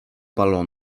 balo